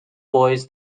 boys